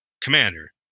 commander